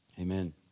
amen